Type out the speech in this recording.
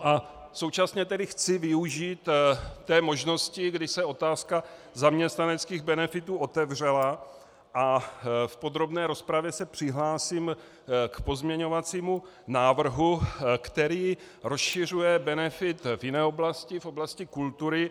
A současně chci využít té možnosti, kdy se otázka zaměstnaneckých benefitů otevřela, a v podrobné rozpravě se přihlásím k pozměňovacímu návrhu, který rozšiřuje benefit v jiné oblasti v oblasti kultury.